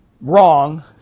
wrong